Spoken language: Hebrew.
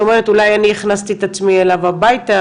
היא אומרת אולי אני הכנסתי את עצמי אליו הביתה,